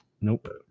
Nope